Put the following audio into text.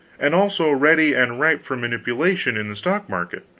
and also ready and ripe for manipulation in the stock-market.